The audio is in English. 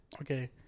Okay